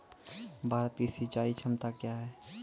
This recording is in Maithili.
भारत की सिंचाई क्षमता क्या हैं?